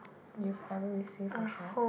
you haven't receive your share